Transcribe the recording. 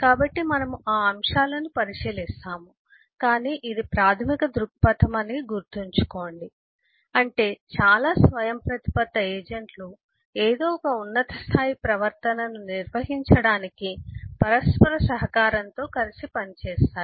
కాబట్టి మనము ఆ అంశాలను పరిశీలిస్తాము కానీ ఇది ప్రాథమిక దృక్పథం అని గుర్తుంచుకోండి అంటే చాలా స్వయంప్రతిపత్త ఏజెంట్లు ఏదో ఒక ఉన్నత స్థాయి ప్రవర్తనను నిర్వహించడానికి పరస్పర సహకారంతో కలిసి పనిచేస్తాయి